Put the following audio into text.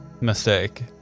mistake